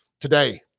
today